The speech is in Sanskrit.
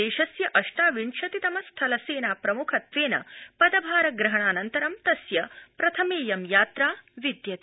देशस्य अष्टाविंशतितम स्थलसेनाप्रमुखत्वेन पदभार ग्रहणानन्तरं तस्य प्रथमेयं यात्रा विद्यते